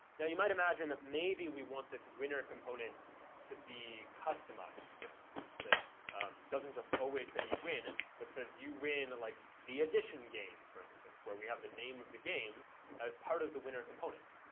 now you might imagine that maybe we want this winter component to be customized, for instance, that doesn't just always say you win, but says you win, like, the addition game, for instance, where we have the name of the game as part of the winner component.